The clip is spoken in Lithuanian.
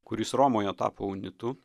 kuris romoje tapo unitu